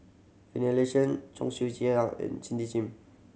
Finlayson Cheong Siew Keong and Cindy Sim